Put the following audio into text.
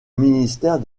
ministère